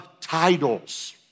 titles